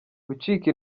gucika